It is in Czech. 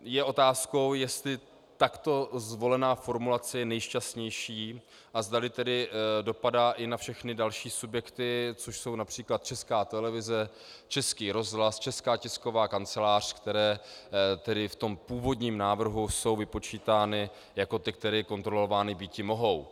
Je otázkou, jestli takto zvolená formulace je nejšťastnější a zdali dopadá i na všechny další subjekty, což jsou například Česká televize, Český rozhlas, Česká tisková kancelář, které v původním návrhu jsou vypočítány jako ty, které kontrolovány býti mohou.